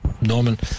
Norman